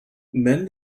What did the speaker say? men